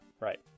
right